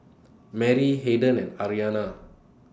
Merry Harden and Ayana